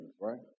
right